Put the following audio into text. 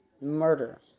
Murder